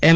એમ